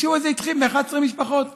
היישוב הזה התחיל ב-11 משפחות ב-1977.